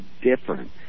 different